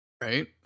Right